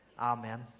amen